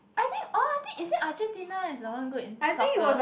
I think orh I think is it Argentina is the one good in soccer